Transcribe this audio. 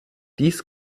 dies